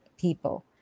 people